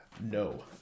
No